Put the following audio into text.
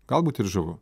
galbūt ir žavu